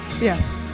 Yes